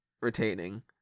retaining